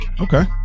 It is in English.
Okay